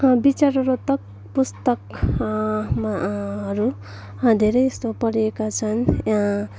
विचाररतक पुस्तक मा हरू धेरै जस्तो परेका छन्